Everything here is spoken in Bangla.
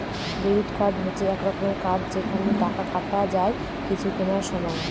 ডেবিট কার্ড হচ্ছে এক রকমের কার্ড যেখানে টাকা কাটা যায় কিছু কেনার সময়